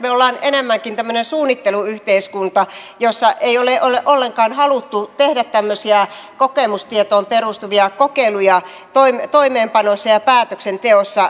me olemme enemmänkin tämmöinen suunnitteluyhteiskunta jossa ei ole ollenkaan haluttu tehdä tämmöisiä kokemustietoon perustuvia kokeiluja toimeenpanossa ja päätöksenteossa